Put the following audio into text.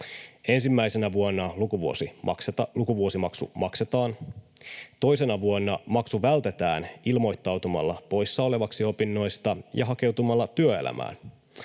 Ensimmäisenä vuonna lukuvuosimaksu maksetaan. Toisena vuonna maksu vältetään ilmoittautumalla poissaolevaksi opinnoista ja hakeutumalla työelämään.